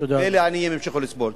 ואלה העניים ימשיכו לסבול.